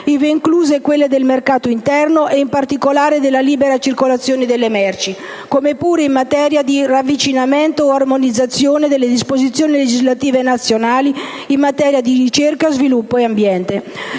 incluse quella del mercato interno ed in particolare della libera circolazione delle merci, come pure in materia di ravvicinamento o armonizzazione delle disposizioni legislative nazionali in materia di ricerca, sviluppo, ed ambiente.